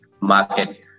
market